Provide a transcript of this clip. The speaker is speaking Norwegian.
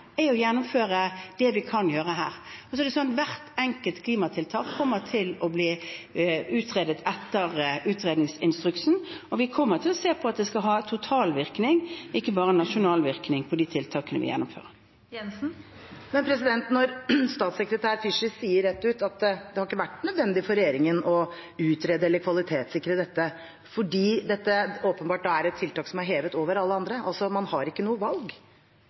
her. Så er det slik at hvert enkelt klimatiltak kommer til å bli utredet etter utredningsinstruksen, og vi kommer til å se på at det skal ha totalvirkning, ikke bare nasjonal virkning, på de tiltakene vi gjennomfører. Det blir oppfølgingsspørsmål – først Siv Jensen Statssekretær Fischer sier rett ut at det har ikke vært nødvendig for regjeringen å utrede eller kvalitetssikre dette, fordi dette åpenbart er et tiltak som er hevet over alle andre, altså man har ikke noe valg: